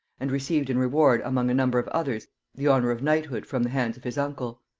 and received in reward among a number of others the honor of knighthood from the hands of his uncle.